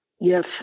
yes